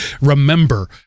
Remember